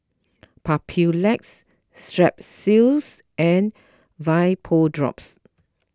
Papulex Strepsils and Vapodrops